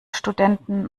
studenten